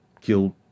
killed